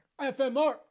FMR